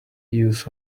use